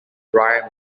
brian